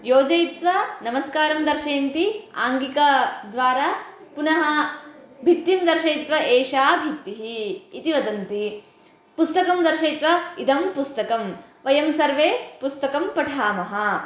योजयित्वा नमस्कारं दर्शयन्ति आङ्गिकद्वारा पुनः भित्तिं दर्शयित्वा एषा भित्तिः इति वदन्ति पुस्तकं दर्शयित्वा इदं पुस्तकं वयं सर्वे पुस्तकं पठामः